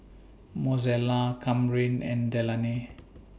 Mozella Kamryn and Delaney